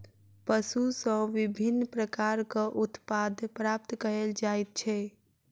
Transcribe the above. पशु सॅ विभिन्न प्रकारक उत्पाद प्राप्त कयल जाइत छै